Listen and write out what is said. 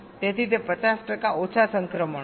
તેથી તે 50 ટકા ઓછા સંક્રમણો છે